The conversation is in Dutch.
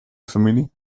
familie